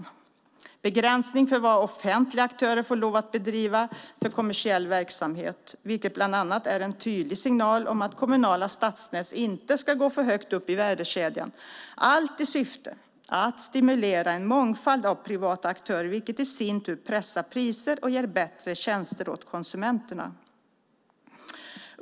Vi har infört en begränsning för vad offentliga aktörer får lov att bedriva för kommersiella verksamheter, vilket bland annat är en tydlig signal om att kommunala stadsnät inte ska gå för högt upp i värdekedjan, allt i syfte att stimulera en mångfald av privata aktörer, vilket i sin tur pressar priser och ger bättre tjänster åt konsumenterna.